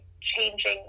changing